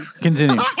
Continue